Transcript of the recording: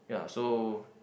ya so